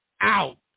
out